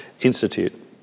Institute